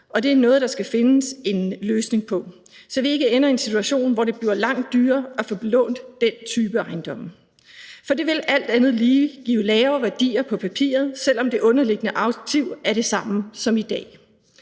og det er noget, der skal findes en løsning på, så vi ikke ender i en situation, hvor det bliver langt dyrere at få belånt den type ejendomme. For det vil alt andet lige give lavere værdier på papiret, selv om det underliggende aktiv er det samme som i dag.